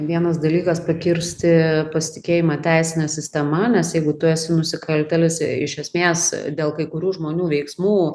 vienas dalykas pakirsti pasitikėjimą teisine sistema nes jeigu tu esi nusikaltėlis š esmės dėl kai kurių žmonių veiksmų